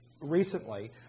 recently